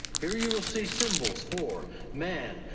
here you will see symbols for man,